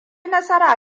nasara